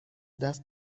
دست